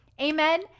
Amen